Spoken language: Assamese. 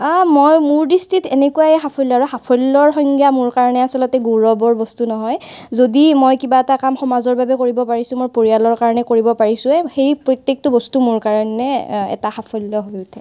মই মোৰ দৃষ্টিত এনেকুৱাই সাফল্য আৰু সাফল্যৰ সংজ্ঞা মোৰ কাৰণে আচলতে গৌৰৱৰ বস্তু নহয় যদি মই কিবা এটা কাম সমাজৰ বাবে কৰিব পাৰিছোঁ মোৰ পৰিয়ালৰ কাৰণে কৰিব পাৰিছোঁ সেই প্ৰত্যেকটো বস্তু মোৰ কাৰণে এ এটা সাফল্য হৈ উঠে